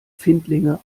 findlinge